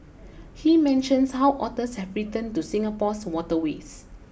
he mentions how otters have returned to Singapore's waterways